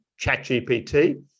ChatGPT